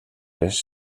les